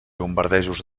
bombardejos